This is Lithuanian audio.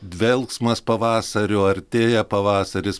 dvelksmas pavasario artėja pavasaris